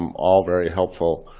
um all very helpful.